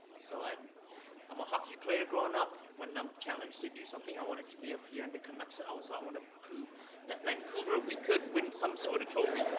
so i'm a hockey player growing up. when i'm challenged to do something, i want it to be up here and the canucks are out so i want to prove that vancouver we could win some sort of trophy.